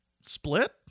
Split